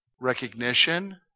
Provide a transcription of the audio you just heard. Recognition